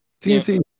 TNT